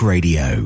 Radio